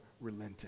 relenting